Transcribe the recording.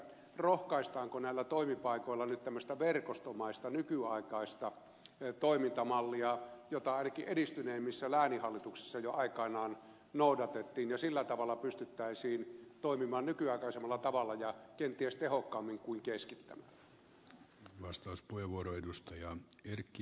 rohkaistaanko näillä toimipaikoilla nyt tämmöiseen verkostomaiseen nykyaikaiseen toimintamalliin jota ainakin edistyneimmissä lääninhallituksissa jo aikanaan noudatettiin ja sillä tavalla pystyttäisiin toimimaan nykyaikaisemmalla tavalla ja kenties tehokkaammin kuin keskittämällä